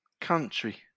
country